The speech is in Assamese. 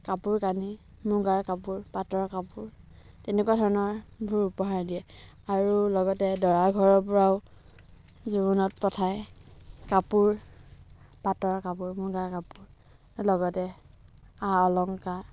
কাপোৰ কানি মূগাৰ কাপোৰ পাটৰ কাপোৰ তেনেকুৱা ধৰণৰবোৰ উপহাৰ দিয়ে আৰু লগতে দৰাঘৰৰ পৰাও জোৰোণত পঠায় কাপোৰ পাটৰ কাপোৰ মূগাৰ কাপোৰ লগতে আ অলংকাৰ